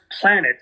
planet